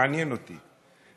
מעניין אותי,